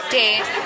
date